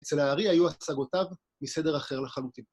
אצל הארי היו השגותיו מסדר אחר לחלוטין.